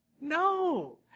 No